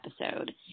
episode